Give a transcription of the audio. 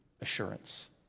assurance